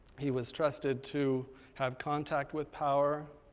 he was trusted to have contact with power,